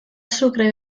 sucre